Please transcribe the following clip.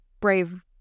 brave